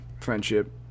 friendship